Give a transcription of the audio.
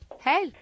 hey